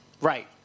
Right